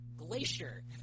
Glacier